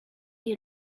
you